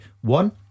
one